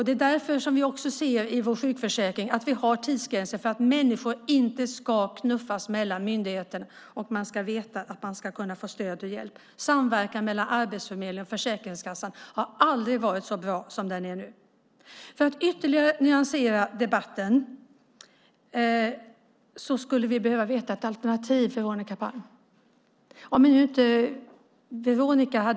Det är därför som vi i vår sjukförsäkring ser till att ha tidsgränser - detta för att människor inte ska knuffas mellan myndigheter. Man ska veta att man ska kunna få stöd och hjälp. Samverkan mellan Arbetsförmedlingen och Försäkringskassan har aldrig varit så bra som nu. För att ytterligare nyansera debatten skulle vi behöva få veta vad som är ert alternativ, Veronica Palm.